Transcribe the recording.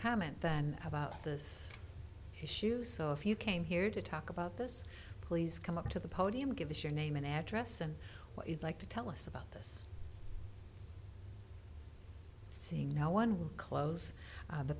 comment then about this issue so if you came here to talk about this please come up to the podium give us your name and address and what you'd like to tell us about this scene now when we close